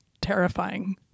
terrifying